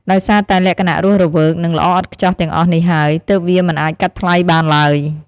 ដោយសារតែលក្ខណៈរស់រវើក និងល្អឥតខ្ចោះទាំងអស់នេះហើយ ទើបវាមិនអាចកាត់ថ្លៃបានឡើយ។